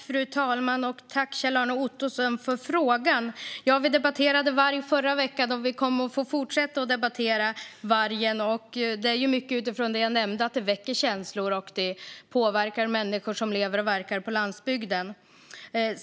Fru talman! Tack, Kjell-Arne Ottosson, för frågan! Vi debatterade varg i förra veckan, och vi kommer att få fortsätta att debattera varg. Det är mycket utifrån det jag nämnde, att den väcker känslor och att den påverkar människor som lever och verkar på landsbygden.